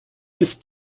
ist